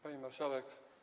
Pani Marszałek!